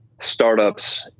startups